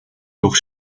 durch